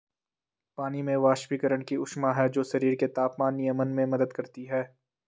पानी में वाष्पीकरण की ऊष्मा है जो शरीर के तापमान नियमन में मदद करती है